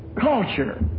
culture